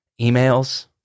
emails